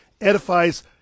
edifies